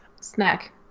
snack